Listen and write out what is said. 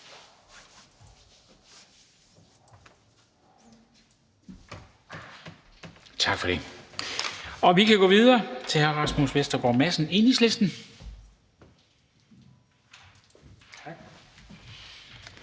Tak for afslutningen. Vi kan gå videre til hr. Rasmus Vestergaard Madsen, Enhedslisten.